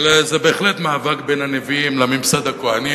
אבל זה בהחלט מאבק בין הנביאים לממסד הכוהני,